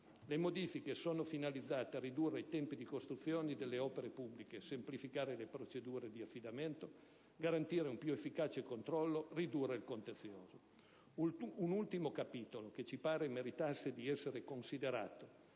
Le modifiche sono finalizzate a ridurre i tempi di costruzione delle opere pubbliche, a semplificare le procedure di affidamento, a garantire un più efficace controllo e a ridurre il contenzioso. Un ultimo capitolo che ci pare meritasse di essere considerato